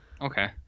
okay